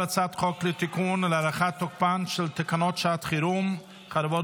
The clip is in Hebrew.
על הצעת חוק לתיקון ולהארכת תוקפן של תקנות שעת חירום (חרבות